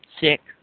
Sick